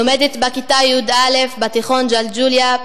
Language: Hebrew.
לומדת בכיתה י"א בתיכון ג'לג'וליה,